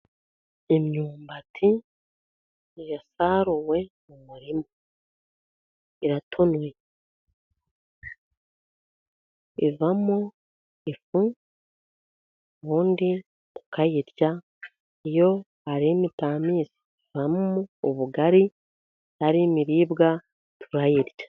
Imyumbati yasaruwe mu murima, iratonoye ivamo ifu ubundi tukayirya, iyo ari mitamisi ivamo ubugari, ari imiribwa turayirya.